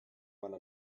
one